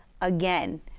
again